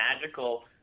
magical